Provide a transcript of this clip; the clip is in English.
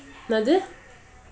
என்னது:ennathu